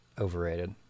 Overrated